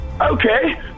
Okay